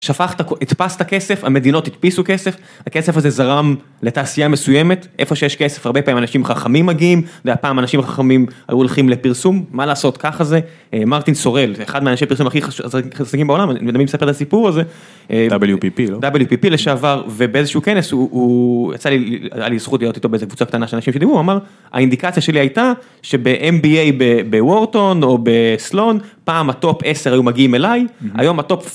שפכת הדפסת כסף, המדינות הדפיסו כסף, הכסף הזה זרם לתעשייה מסוימת, איפה שיש כסף, הרבה פעמים אנשים חכמים מגיעים, והפעם אנשים החכמים היו הולכים לפרסום, מה לעשות ככה זה? מרטין סורל, אחד מהאנשי פרסום הכי חזקים בעולם, אני מדמיין מספר את הסיפור הזה, WPP לשעבר, ובאיזשהו כנס הוא יצא לי, היה לי זכות לראות איתו באיזה קבוצה קטנה של אנשים שדיברו, הוא אמר, האינדיקציה שלי הייתה, שב-MBA בוורטון או בסלון, פעם הטופ 10 היו מגיעים אליי, היום הטופ,